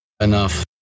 enough